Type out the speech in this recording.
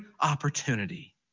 opportunity